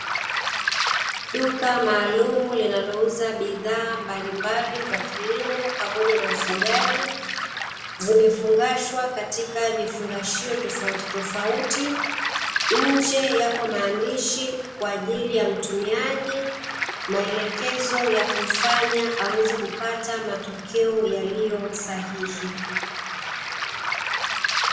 Duka maalumu linalouza bidhaa mbalimbali za kilimo pamoja na ufugaji, zimefungashwa katika vifungashio tofautitofauti, nje yapo maandishi kwa ajili ya mtumiaji, maelekezo ya kumfanya aweze kupata matokeo yaliyo sahihi.